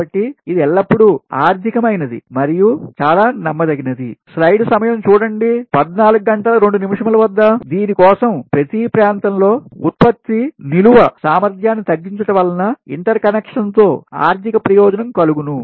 కాబట్టి ఇది ఎల్లప్పుడూ ఆర్థిక మైనది మరియు చాలా నమ్మదగినది దీని కోసం ప్రతి ప్రాంతంలో ఉత్పత్తి నిలువ సామర్థ్యాన్ని తగ్గించుట వలన ఇంటర్ కనెక్షన్ తో ఆర్ధిక ప్రయోజనం కలుగును